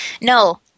No